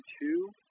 two